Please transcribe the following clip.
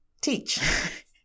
teach